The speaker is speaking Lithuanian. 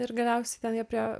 ir galiausiai ten jie priėjo